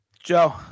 Joe